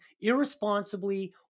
irresponsibly